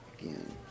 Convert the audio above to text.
again